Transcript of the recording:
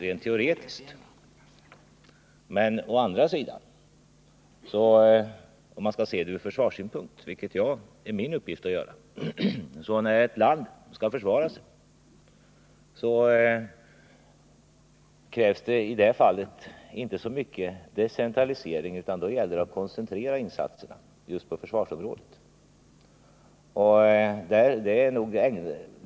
Men min uppgift är att se det från försvarssynpunkt. När ett land skall försvara sig krävs det inte så mycket decentralisering, utan då gäller det att koncentrera insatserna just på försvarsområdet.